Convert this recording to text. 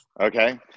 Okay